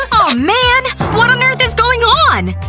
oh, man! what on earth is going on!